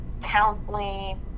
counseling